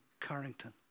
Carrington